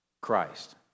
Christ